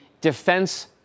defense